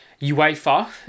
UEFA